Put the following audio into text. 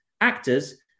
actors